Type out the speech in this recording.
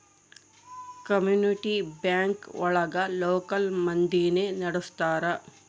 community bank ಒಳಗ local ಮಂದಿನೆ ನಡ್ಸ್ತರ